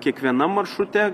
kiekvienam maršrute